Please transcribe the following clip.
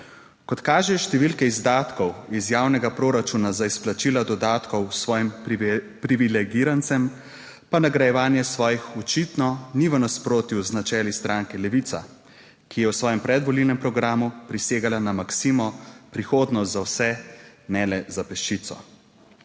"Kot kažejo številke izdatkov iz javnega proračuna za izplačila dodatkov svojim privilegirancem pa nagrajevanje svojih očitno ni v nasprotju z načeli stranke Levica, ki je v svojem predvolilnem programu prisegala na maksimo Prihodnost za vse, ne le za peščico.